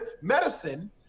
medicine